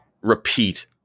repeat